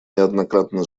неоднократно